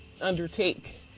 undertake